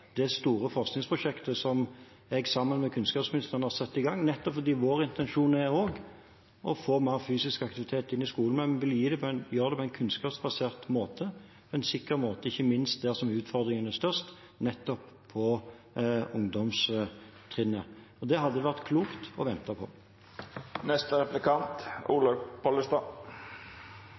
det store forskningsprosjektet som jeg, sammen med kunnskapsministeren, har satt i gang. Vår intensjon er også å få mer fysisk aktivitet inn i skolen, men vi vil gjøre det på en kunnskapsbasert måte, en sikker måte, ikke minst der utfordringene er størst, på ungdomstrinnet. Det hadde det vært klokt å vente